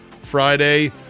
Friday